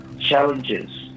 challenges